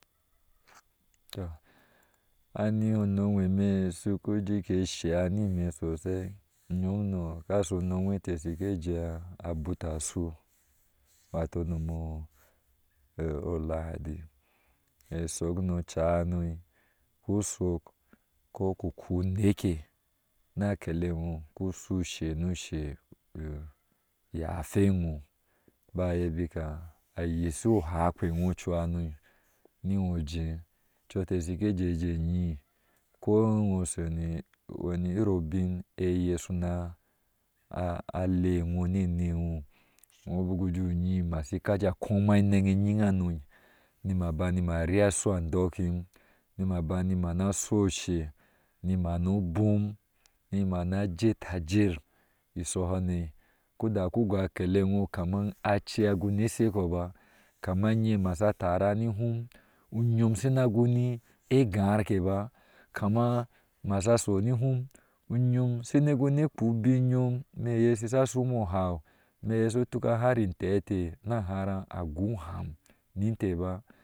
Toh anihi onom jweme shuku jike shea ni ime sosai nyomno kashu unom eteh shike jɛɛ abuta ashu wato unom o lahadi be shok no cahano, be shok, buku khuh uneke ka kele no ushuu ushe nu ushe yahwe no bayan eye bika yishi u akpah aŋo cuwa no ni ŋo ujɛɛ co teh shike jɛɛ nyii ko ŋo shoni wani iri obiŋ eye shuna lee no ni enino no buku jɛɛ unyii masika ja komjwa enegwe nyinano nima banani ma rii ashu an sokim, nima bani mana shuu ashe ni mano obom nimana jer ajer ishohone ku daku goh akelengno kama ache a gune sheko ba, kama nye masa tara ni hum, unyom shuna gune gaar ke ba kama masha sho ni ihum unyom shune gune kpuu ubin nyom me ye shi sha sho mo mo hau meye shushu tuka har intɛɛ eteh nəa hara a gɔɔ uham ni inteh baa ku daku gɔɔ kaman shunu guni u kpuu ubin nyom, muye shushu hiri eni edoko karma shunu guni hepichu kuma shunu gunu jɛɛ ucei oŋwɛnyim na kori kama shunu gunu jɛɛ ubin.